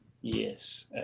Yes